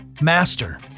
master